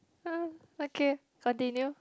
!huh! okay continue